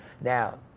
Now